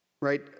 Right